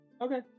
Okay